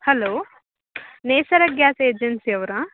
hello Nesara gas agency ಅವರಾ